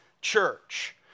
church